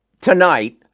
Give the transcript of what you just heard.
tonight